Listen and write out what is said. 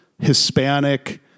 Hispanic